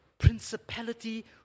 principality